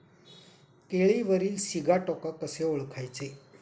केळीवरील सिगाटोका कसे ओळखायचे?